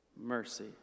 mercy